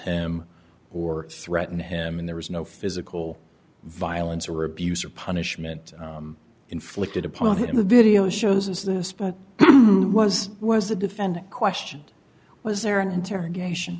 him or threaten him and there was no physical violence or abuse or punishment inflicted upon him the video shows is this but was was the defendant questioned was there an interrogation